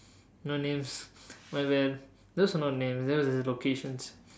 no names well were those were not names those were just locations